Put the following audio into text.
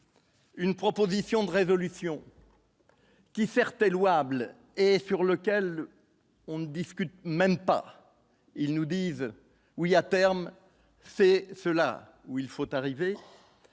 Une proposition de résolution qui Ferte louable et sur lequel on ne discute même pas, ils nous disent oui, à terme, c'est ceux là où il faut arriver